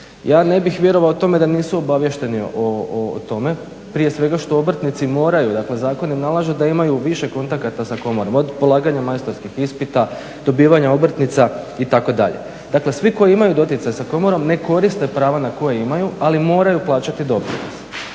Ja ne bih vjerovao tome da nisu obaviješteni o tome, prije svega što obrtnici moraju dakle zakon im nalaže da imaju više kontakata sa komorom od polaganja majstorskih ispita, dobivanja obrtnica itd. Dakle, svi koji imaju doticaj sa komorom ne koriste prava na koja imaju, ali moraju plaćati doprinos.